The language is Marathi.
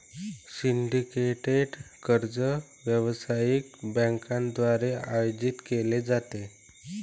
सिंडिकेटेड कर्ज व्यावसायिक बँकांद्वारे आयोजित केले जाते